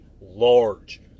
large